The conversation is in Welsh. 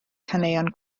caneuon